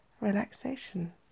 relaxation